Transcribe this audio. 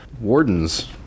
Wardens